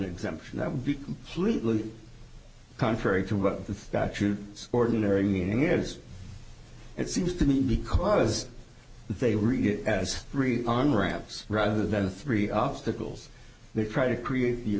exemption that would be completely contrary to what the statute ordinary meaning is it seems to me because they read it as read on ramps rather than three obstacles they try to create